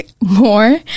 more